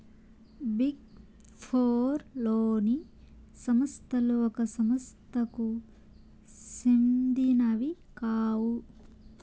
big four లోని సంస్థలు ఒక సంస్థకు సెందినవి కావు